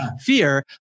fear